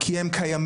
כי הם קיימים.